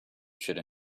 should